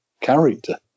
character